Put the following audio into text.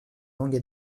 langue